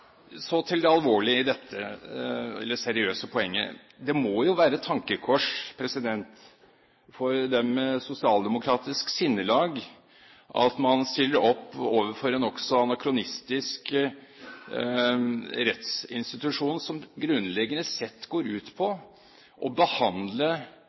Så til det alvorlige i dette, eller det seriøse poenget. Det må jo være et tankekors for dem med sosialdemokratisk sinnelag at man stiller opp overfor en nokså anakronistisk rettsinstitusjon som grunnleggende sett går ut